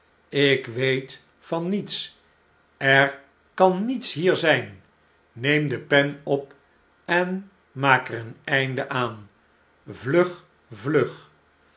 ik weet van niets er kan niets hier zgn neem de pen op en maak er een einde aan vlug vlug